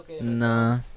Nah